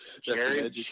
Jerry